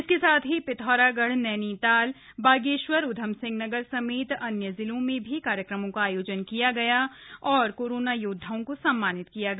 इसके साथ ही पिथौरागढ़ नैनीताल बागेश्वर उधमसिंह नगर समेत अन्य जिलों में भी कार्यक्रमों का आयोजन किया गया और कोरोना योदधाओं को सम्मानित किया गया